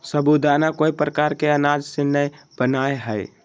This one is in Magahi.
साबूदाना कोय प्रकार के अनाज से नय बनय हइ